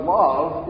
love